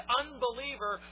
unbeliever